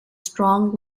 strong